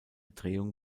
drehung